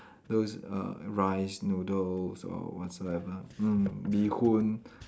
those uh rice noodles or whatsoever mm bee-hoon